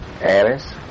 Alice